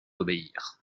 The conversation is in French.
obéir